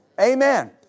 Amen